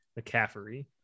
McCaffrey